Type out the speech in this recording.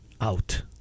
Out